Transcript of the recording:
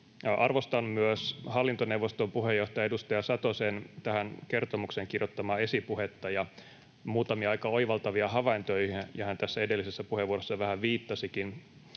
Arvostan myös hallintoneuvoston puheenjohtajan, edustaja Satosen, tähän kertomukseen kirjoittamaa esipuhetta ja muutamia aika oivaltavia havaintoja, joihin hän tässä edellisessä puheenvuorossa jo vähän viitasikin.